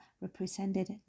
represented